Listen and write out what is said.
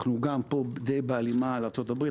גם פה די בהלימה לארה"ב.